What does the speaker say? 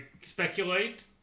speculate